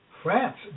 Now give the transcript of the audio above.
France